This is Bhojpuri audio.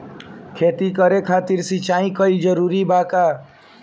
खेती करे खातिर सिंचाई कइल जरूरी बा का?